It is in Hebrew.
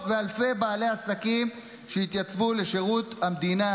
ואלפי בעלי עסקים שהתייצבו לשירות המדינה,